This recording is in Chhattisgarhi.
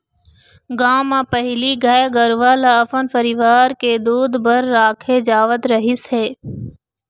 गाँव म पहिली गाय गरूवा ल अपन परिवार के दूद बर राखे जावत रहिस हे